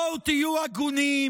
בואו תהיו הגונים.